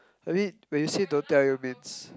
I mean when you say don't tell you means